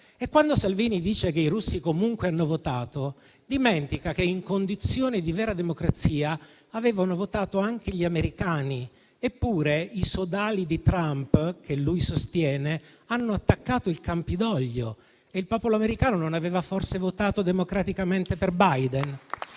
Quando Salvini dice che i russi comunque hanno votato, dimentica che in condizioni di vera democrazia avevano votato anche gli americani, eppure i sodali di Trump, che lui sostiene, hanno attaccato il Campidoglio e il popolo americano non aveva forse votato democraticamente per Biden?